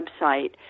website